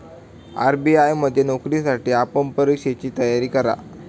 RBI मध्ये नोकरीसाठी आपण परीक्षेची तयारी करा